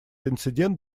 инцидент